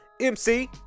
MC